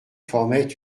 formaient